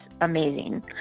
amazing